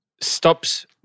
stops